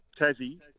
Tassie